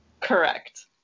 Correct